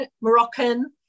Moroccan